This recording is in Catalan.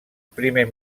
primer